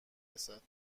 رسد